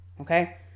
Okay